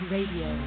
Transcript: Radio